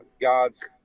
God's